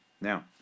Now